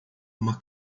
uma